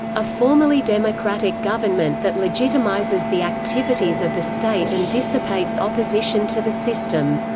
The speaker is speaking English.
a formally democratic government that legitimises the activities of the state and dissipates opposition to the system.